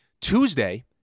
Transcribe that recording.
Tuesday